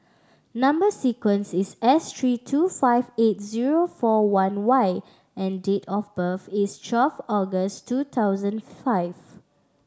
number sequence is S three two five eight zero four one Y and date of birth is twelve August two thousand five